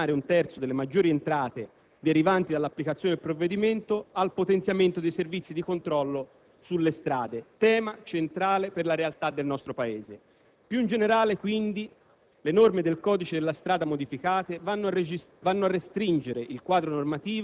Di grande importanza è l'introduzione all'articolo 28 della previsione di destinare un terzo delle maggiori entrate derivanti dall'applicazione del provvedimento al potenziamento dei servizi di controllo sulle strade, tema centrale per la realtà del nostro Paese. Più in generale, quindi,